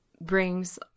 brings